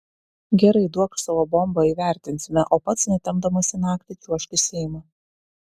gerai duokš savo bombą įvertinsime o pats netempdamas į naktį čiuožk į seimą